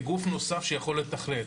כגוף נוסף שיכול לתכלל.